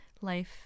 life